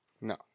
no